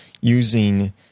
using